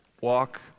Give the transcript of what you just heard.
Walk